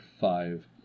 five